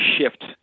shift